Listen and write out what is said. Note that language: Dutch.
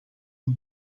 het